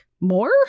more